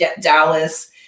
Dallas